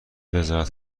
وزارت